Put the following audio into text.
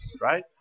right